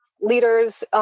leaders